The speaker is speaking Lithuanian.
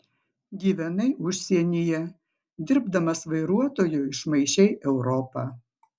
gyvenai užsienyje dirbdamas vairuotoju išmaišei europą